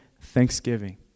thanksgiving